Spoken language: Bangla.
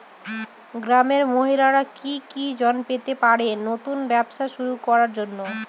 গ্রামের মহিলারা কি কি ঋণ পেতে পারেন নতুন ব্যবসা শুরু করার জন্য?